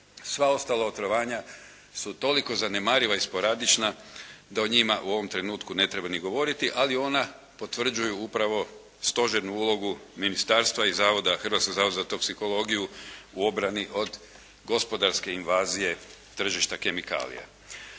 Sva ostala otrovanja su toliko zanemariva i sporadična da o njima u ovom trenutku ne treba ni govoriti, ali ona potvrđuju upravo stožernu ulogu ministarstva i Hrvatskog zavoda za toksikologiju u obrani od gospodarske invazije tržišta kemikalija.